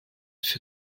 für